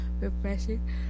refreshing